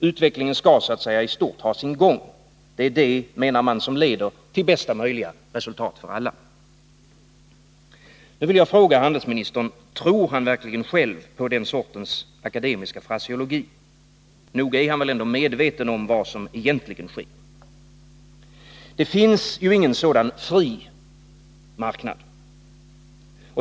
Utvecklingen skall så att säga i stort ha sin gång — det är, menar man, detta som leder till bästa möjliga resultat för alla. Nu vill jag fråga handelsministern: Tror handelsministern verkligen själv på den sortens akademiska fraseologi? Nog är väl handelsministern ändå medveten om vad som egentligen sker? Det finns ju ingen sådan ”fri” marknad.